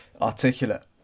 articulate